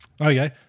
Okay